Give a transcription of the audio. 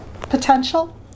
potential